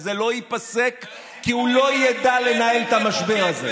וזה לא ייפסק כי הוא לא ידע לנהל את המשבר הזה.